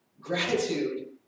gratitude